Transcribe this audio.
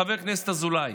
חבר הכנסת אזולאי,